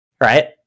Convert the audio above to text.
right